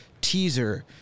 teaser